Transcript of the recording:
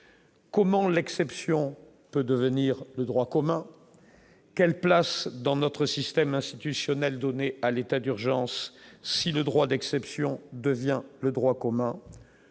Comment l'exception peut devenir le droit commun, quelle place dans notre système institutionnel à l'état d'urgence, si le droit d'exception devient le droit commun,